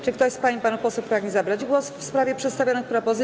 Czy ktoś z pań i panów posłów pragnie zabrać głos w sprawie przedstawionych propozycji?